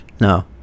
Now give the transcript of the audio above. No